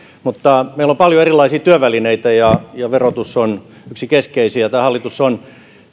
mutta meillä on paljon erilaisia työvälineitä ja verotus on yksi keskeisin tämä hallitus on